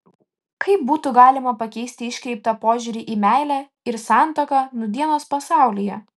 kaip būtų galima pakeisti iškreiptą požiūrį į meilę ir santuoką nūdienos pasaulyje